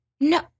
no